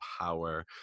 power